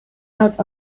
out